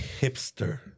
hipster